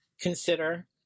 consider